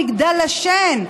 במגדל השן,